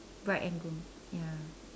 bride and groom ya